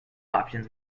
options